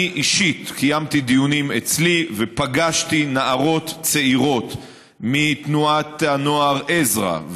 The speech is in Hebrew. אני אישית קיימתי דיונים אצלי ופגשתי נערות צעירות מתנועת הנוער עזרא,